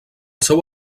seu